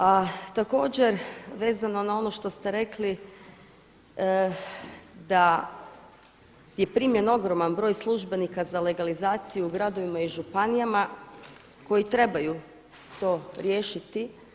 A također vezano na ono što ste rekli da je primljen ogroman broj službenika za legalizaciju u gradovima i županijama koji trebaju to riješiti.